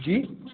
जी